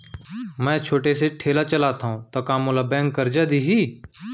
मैं छोटे से ठेला चलाथव त का मोला बैंक करजा दिही?